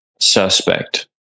suspect